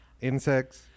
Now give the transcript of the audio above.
Insects